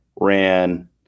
ran